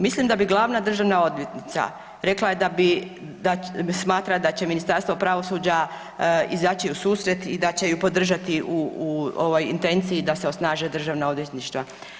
Mislim da bi glavna državna odvjetnica, rekla je da smatra da će Ministarstvo pravosuđa izaći u susret i da će ju podržati u ovoj intenciji da se osnaže državna odvjetništva.